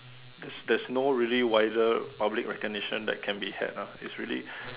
there's there's no really wider public recognition that can be had ah it's really